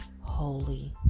holy